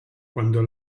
quando